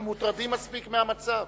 אנחנו מוטרדים מספיק מהמצב.